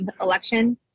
election